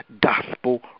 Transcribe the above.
Gospel